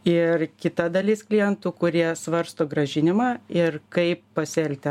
ir kita dalis klientų kurie svarsto grąžinimą ir kaip pasielgti